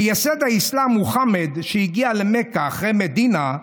מייסד האסלאם מוחמד, שהגיע למכה אחרי מדינה,